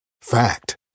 Fact